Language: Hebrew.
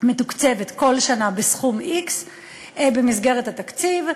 מתוקצבת כל שנה בסכום x במסגרת התקציב,